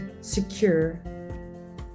secure